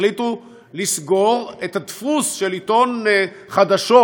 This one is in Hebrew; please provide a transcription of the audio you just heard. החליטו לסגור את הדפוס של עיתון "חדשות"